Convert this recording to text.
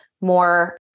more